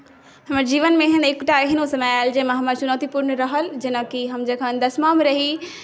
हमर जीवनमे एहन एकटा एहनो समय आयल जाहिमे हमर चुनौती पुर्ण रहल जेनाकि हम जखन दशमामे रही